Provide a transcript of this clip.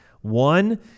One